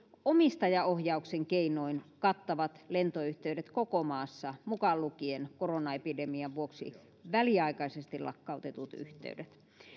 omistajaohjauksen keinoin kattavat lentoyhteydet koko maassa mukaan lukien koronaepidemian vuoksi väliaikaisesti lakkautetut yhteydet